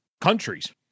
countries